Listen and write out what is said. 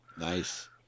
nice